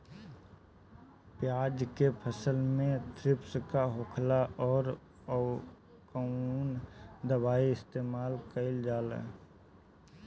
प्याज के फसल में थ्रिप्स का होखेला और कउन दवाई इस्तेमाल कईल जाला?